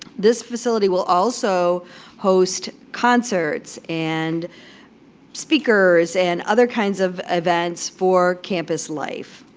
this facility will also host concerts, and speakers, and other kinds of events for campus life.